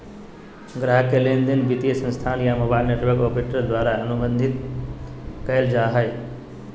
ग्राहक के लेनदेन वित्तीय संस्थान या मोबाइल नेटवर्क ऑपरेटर द्वारा अनुबंधित कइल जा हइ